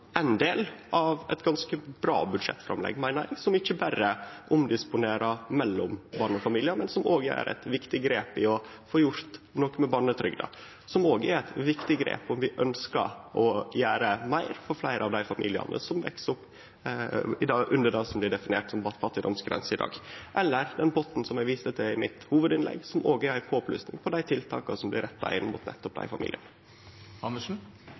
ein del av eit ganske bra budsjettframlegg, meiner eg, som ikkje berre omdisponerer mellom barnefamiliar, men som òg gjer noko med barnetrygda, som òg er eit viktig grep. Vi ønskjer å gjere meir for fleire av dei familiane der barn veks opp under det som i dag blir definert som fattigdomsgrensa. Den potten som eg viste til i hovudinnlegget mitt, er òg ei påplussing på dei tiltaka som blir retta inn mot nettopp dei